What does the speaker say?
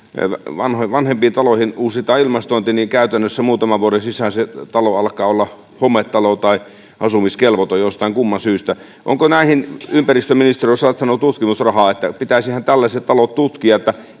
vanhempiin taloihin uusitaan ilmastointi niin käytännössä muutaman vuoden sisään se talo alkaa olla hometalo tai asumiskelvoton jostain kumman syystä onko näihin ympäristöministeriö satsannut tutkimusrahaa pitäisihän tällaiset talot tutkia